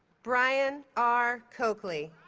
brian r. coakley